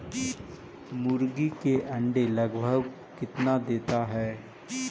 मुर्गी के अंडे लगभग कितना देता है?